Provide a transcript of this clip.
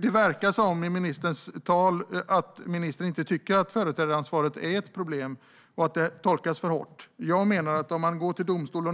Det verkar som att ministern inte tycker att företrädaransvaret är ett problem och att det tolkas för hårt när 99 procent av de fall som går till domstol